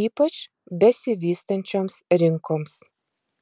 ypač besivystančioms rinkoms